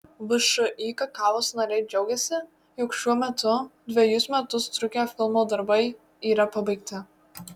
všį kakavos nariai džiaugiasi jog šiuo metu dvejus metus trukę filmo darbai yra pabaigti